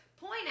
point